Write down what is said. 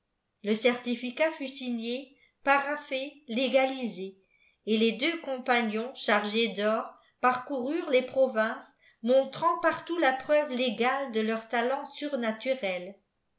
lé certificat fut signé paraphé légalisé et les deux compagnons chargés d'of parcoururent les provinces montrant partout la preuve légale de leur talent surnaturel